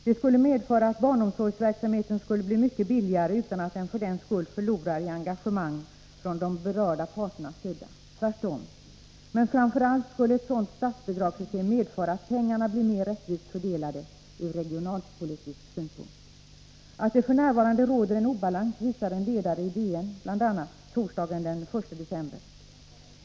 Det skulle medföra att barnomsorgsverksamheten skulle bli mycket billigare utan att för den skull förlora i engagemang från de berörda parternas sida. Tvärtom. Men framför allt skulle ett sådant statsbidragssystem medföra att pengarna blir mer rättvist fördelade från regionalpolitisk synpunkt. Att det f. n. råder en obalans visar bl.a. en ledare i Dagens Nyheter torsdagen den 1 december.